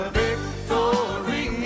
victory